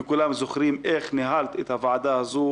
וכולם זוכים איך ניהלת את הוועדה הזו